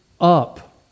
up